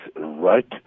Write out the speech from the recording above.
right